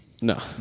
no